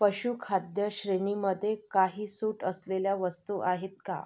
पशुखाद्य श्रेणीमध्ये काही सूट असलेल्या वस्तू आहेत का